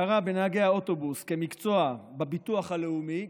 ההכרה בנהגי האוטובוס כמקצוע בביטוח הלאומי,